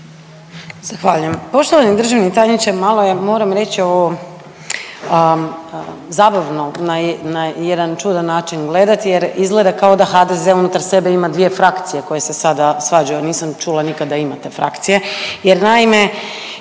Zahvaljujem. Poštovani državni tajniče malo je, moram reći ovo zabavno na jedan čudan način gledati jer izgleda kao da HDZ unutar sebe ima dvije frakcije koje se sada svađaju.